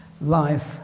life